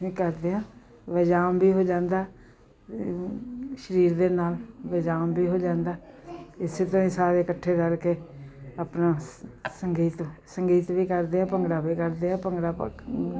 ਕਰਦਿਆਂ ਵਜਾਮ ਵੀ ਹੋ ਜਾਂਦਾ ਸਰੀਰ ਦੇ ਨਾਲ ਵਿਜਾਮ ਵੀ ਹੋ ਜਾਂਦਾ ਇਸੇ ਤਰ੍ਹਾਂ ਹੀ ਸਾਰੇ ਇਕੱਠੇ ਰਲ ਕੇ ਆਪਣਾ ਸ ਸੰਗੀਤ ਸੰਗੀਤ ਵੀ ਕਰਦੇ ਆ ਭੰਗੜਾ ਵੀ ਕਰਦੇ ਆ ਭੰਗੜਾ